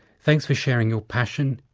thanks for sharing your passion,